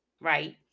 Right